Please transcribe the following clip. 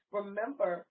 remember